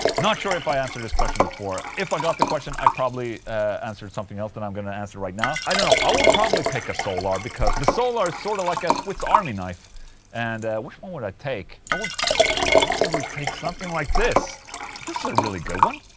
not sure if i answered this question before if i got the question i probably answered something else than i'm gonna answer right now i don't know. i would probably pick a solar, because the solar is sort of like a swiss army knife and which one would i take? i would probably take something like this this is a really good one